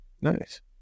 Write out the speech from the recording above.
Nice